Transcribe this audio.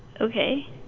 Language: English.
Okay